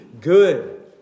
good